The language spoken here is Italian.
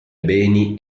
beni